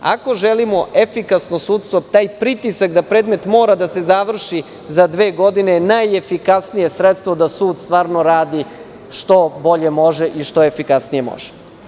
Ako želimo efikasno sudstvo, taj pritisak da predmet mora da se završi za dve godine je najefikasnije sredstvo da sud stvarno radi što bolje može i što efikasnije može.